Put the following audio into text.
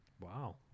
Wow